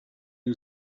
who